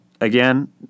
again